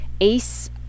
Ace